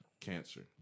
cancer